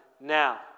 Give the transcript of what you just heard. now